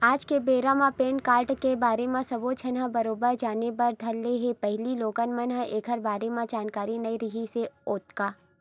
आज के बेरा म पेन कारड के बारे म सब्बो झन ह बरोबर जाने बर धर ले हे पहिली लोगन मन ल ऐखर बारे म जानकारी नइ रिहिस हे ओतका